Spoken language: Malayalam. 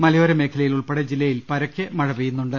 മലയോര മേഖലയിൽ ഉൾപ്പെടെ ജില്ലയിൽ പരക്കെ മഴ പെയ്യുന്നുണ്ട്